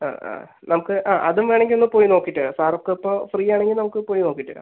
ആ ആ നമ്മൾക്ക് ആ അതും വേണമെങ്കിൽ ഒന്നു പോയി നോക്കിയിട്ട് വരാം സാറിന് ഇപ്പോൾ ഫ്രീ ആണെങ്കിൽ നമുക്ക് പോയി നോക്കിയിട്ട് വരാം